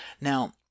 now